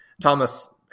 Thomas